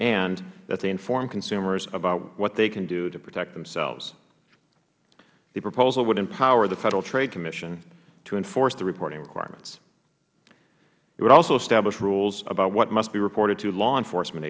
and that they inform consumers about what they can do to protect themselves the proposal would empower the federal trade commission to enforce the reporting requirements it would also establish rules about what must be reported to law enforcement